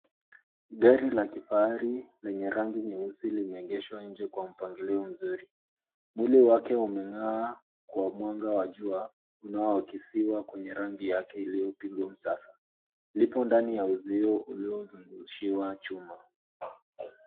Gari la kifahari lenye rangi nyeusi limeegeshwa nje kwa mpangilio mzuri. Mwili wake umeng'aa kwa mwanga wa jua unaoakisiwa kwenye rangi yake iliyopigwa msasa. Lipo ndani ya uzio uliozungushiwa chuma.